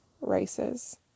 races